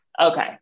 okay